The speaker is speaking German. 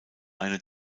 eine